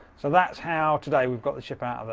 so, that's how today we've got the chip out